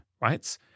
Right